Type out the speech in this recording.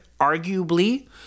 Arguably